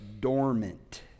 dormant